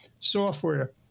software